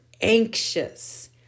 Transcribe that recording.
anxious